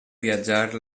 viatjar